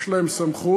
יש להם סמכות.